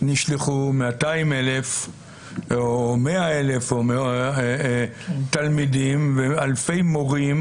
נשלחו 200,000 או 100,000 תלמידים ואלפי מורים,